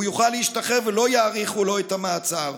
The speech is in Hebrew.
הוא יוכל להשתחרר ולא יאריכו לו את המעצר,